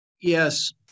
Yes